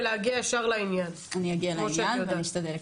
ולהגיע ישר לעניין, כמו שאת יודעת.